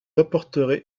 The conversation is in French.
apporterez